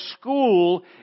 school